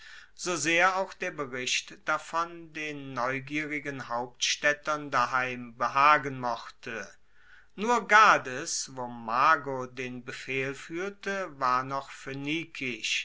so sehr auch der bericht davon den neugierigen hauptstaedtern daheim behagen mochte nur gades wo mago den befehl fuehrte war noch